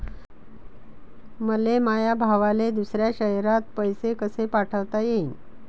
मले माया भावाले दुसऱ्या शयरात पैसे कसे पाठवता येईन?